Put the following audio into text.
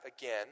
again